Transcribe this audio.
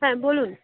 হ্যাঁ বলুন